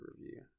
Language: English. review